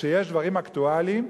דברים אקטואליים,